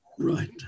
Right